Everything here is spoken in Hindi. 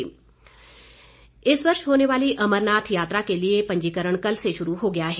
पंजीकरण इस वर्ष होने वाली अमरनाथ यात्रा के लिए पंजीकरण कल से शुरू हो गया है